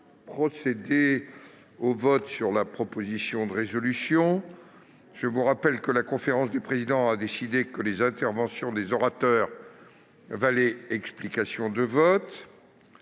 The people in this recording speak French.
procéder au vote sur la proposition de résolution. Mes chers collègues, je rappelle que la conférence des présidents a décidé que les interventions des orateurs valaient explication de vote.